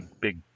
big